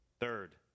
Third